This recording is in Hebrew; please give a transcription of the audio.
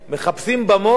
להטיח האשמות.